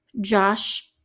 Josh